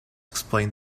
explain